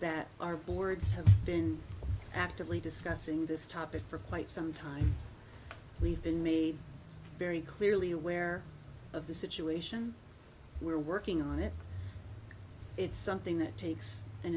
that our boards have been actively discussing this topic for quite some time we've been made very clearly aware of the situation we're working on it it's something that takes an